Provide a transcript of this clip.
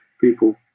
people